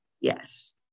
Yes